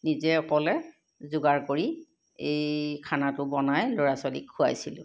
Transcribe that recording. নিজে অকলে যোগাৰ কৰি এই খানাটো বনাই ল'ৰা ছোৱালীক খুৱাইছিলোঁ